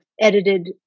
edited